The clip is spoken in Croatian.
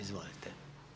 Izvolite.